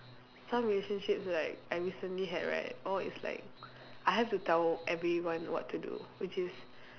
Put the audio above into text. some relationships like I recently had right all is like I have to tell everyone what to do which is